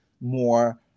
more